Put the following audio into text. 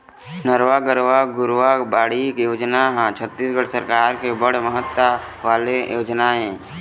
नरूवा, गरूवा, घुरूवा, बाड़ी योजना ह छत्तीसगढ़ सरकार के बड़ महत्ता वाले योजना ऐ